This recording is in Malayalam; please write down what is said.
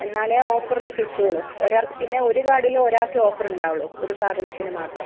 എന്നാലേ ഓഫറിൽ കിട്ടുള്ളൂ ഒരു പിന്നെ ഒരു കാർഡിൽ ഒരാൾക്കേ ഓഫർ ഉണ്ടാവുള്ളൂ ഒരു സാധനത്തിന് മാത്രം